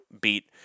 beat